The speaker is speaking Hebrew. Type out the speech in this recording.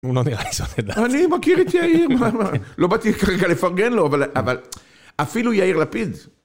הוא לא נראה לי שונא דת. אני מכיר את יאיר, לא באתי כרגע לפרגן לו, אבל אפילו יאיר לפיד.